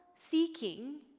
seeking